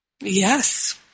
yes